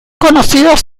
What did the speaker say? conocidos